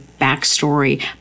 backstory